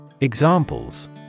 Examples